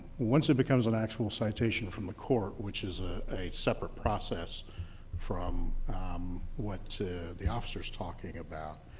once it becomes an actual citation from the court, which is ah a separate process from what the officer's talking about,